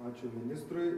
ačiū ministrui